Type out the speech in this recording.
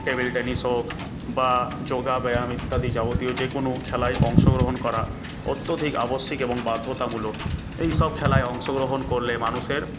table tennis হোক বা যোগব্যায়াম ইত্যাদি যাবতীয় যে কোনো খেলায় অংশগ্রহণ করা অত্যধিক আবশ্যিক এবং বাধ্যতামূলক এই সব খেলায় অংশগ্রহণ করলে মানুষের